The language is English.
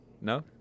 No